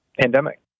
pandemic